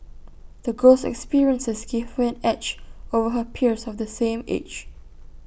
the girl's experiences gave her an edge over her peers of the same age